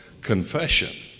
confession